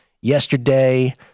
yesterday